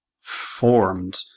formed